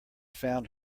found